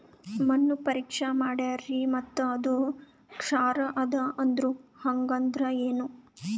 ಮಣ್ಣ ಪರೀಕ್ಷಾ ಮಾಡ್ಯಾರ್ರಿ ಮತ್ತ ಅದು ಕ್ಷಾರ ಅದ ಅಂದ್ರು, ಹಂಗದ್ರ ಏನು?